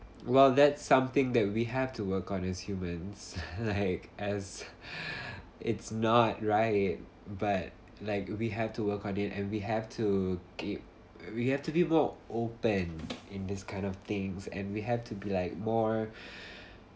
well that's something that we have to work on as humans like as it's not right but like we have to work on it and we have to keep we have to be more open in this kind of things and we have to be like more